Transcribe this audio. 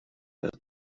said